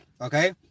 Okay